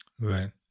Right